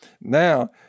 Now